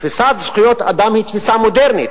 תפיסת זכויות אדם היא תפיסה מודרנית.